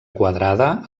quadrada